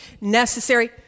necessary